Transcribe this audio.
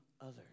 others